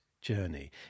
journey